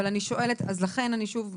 אז לכן אני שוב,